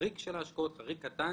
בחריג של ההשקעות, חריג קטן